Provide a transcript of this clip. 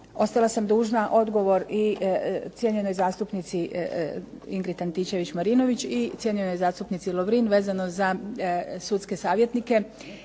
Ostala sam dužna odgovor i cijenjenoj zastupnici Ingrid Antičević Marinović i cijenjenoj zastupnici Lovrin vezano za sudske savjetnike.